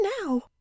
now